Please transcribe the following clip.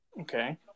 Okay